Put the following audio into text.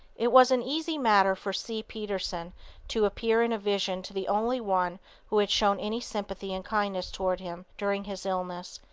it was an easy matter for c. peterson to appear in a vision to the only one who had shown any sympathy and kindness toward him during his illness,